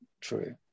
true